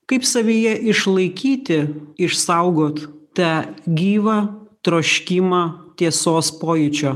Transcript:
kaip savyje išlaikyti išsaugot tą gyvą troškimą tiesos pojūčio